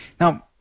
Now